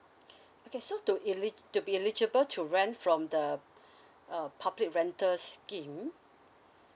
okay so to eli~ to be eligible to rent from the uh public rental scheme